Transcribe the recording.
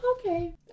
Okay